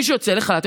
מי שיוצא לחל"ת,